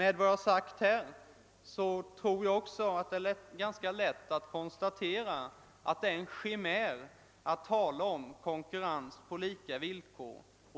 | Av vad jag anfört tror jag att det är ganska lätt att konstatera att det är en chimär att tala om konkurrens på lika villkor.